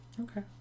Okay